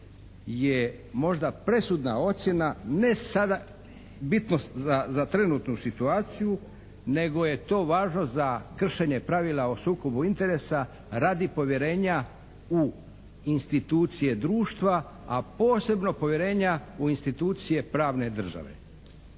je možda presudna ocjena ne sada bitnost za trenutnu situaciju, nego je to važno za kršenje pravila o sukobu interesa radi povjerenja u institucije društva, a posebno povjerenja u institucije pravne države.